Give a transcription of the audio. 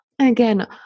Again